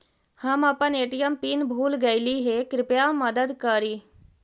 हम अपन ATM PIN भूल गईली हे, कृपया मदद करी